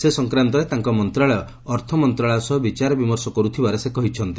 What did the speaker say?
ଏ ସଂକ୍ରାନ୍ତରେ ତାଙ୍କ ମନ୍ତ୍ରଣାଳୟ ଅର୍ଥ ମନ୍ତ୍ରଣାଳୟ ସହ ବିଚାର ବିମର୍ଶ କରୁଥିବାର ସେ କହିଛନ୍ତି